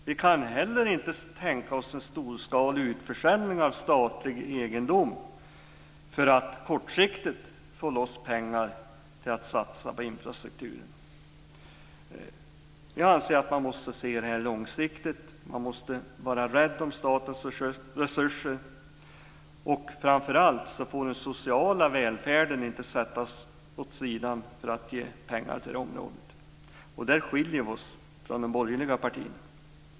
Vi kan heller inte tänka oss en storskalig utförsäljning av statlig egendom för att kortsiktigt få loss pengar att satsa på infrastrukturen. Vi anser att man måste se det här långsiktigt. Man måste vara rädd om statens resurser. Framför allt får den sociala välfärden inte sättas åt sidan för att ge pengar till området. Där skiljer vi oss från de borgerliga partierna.